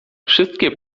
wszystkie